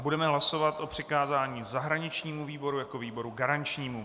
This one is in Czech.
Budeme hlasovat o přikázání zahraničnímu výboru jako výboru garančnímu.